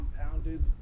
compounded